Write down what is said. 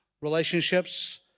relationships